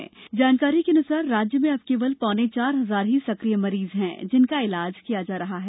अधिकृत जानकारी के अनुसार राज्य में अब केवल पौने चार हजार ही सकिय मरीज हैं जिनका ईलाज किया जा रहे हैं